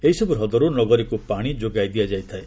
ଏହିସବୁ ହ୍ରଦରୁ ନଗରୀକୁ ପାଣି ଯୋଗାଇ ଦିଆଯାଇଥାଏ